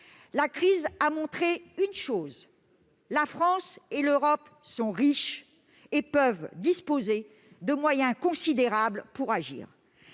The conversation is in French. La crise a montré une chose : notre pays et l'Europe sont riches et peuvent disposer de moyens considérables pour agir.